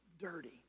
dirty